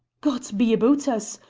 god be aboot us!